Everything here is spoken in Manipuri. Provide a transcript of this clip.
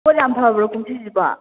ꯄꯣꯠ ꯌꯥꯝ ꯐꯕ꯭ꯔꯣ ꯀꯨꯝꯁꯤꯁꯤꯕꯣ